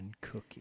Cookie